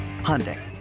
Hyundai